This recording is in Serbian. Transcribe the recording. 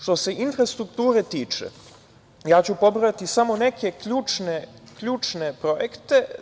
Što se infrastrukture tiče, ja ću pobrojati samo neke ključne projekte.